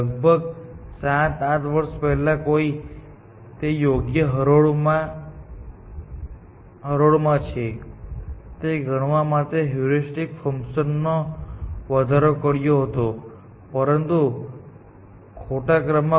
લગભગ 7 8 વર્ષ પહેલાં કોઈએ તે યોગ્ય હરોળમાં છે તે ગણવા માટે હ્યુરિસ્ટિક ફંકશન માં વધારો કર્યો હતો પરંતુ ખોટા ક્રમમાં